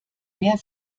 mehr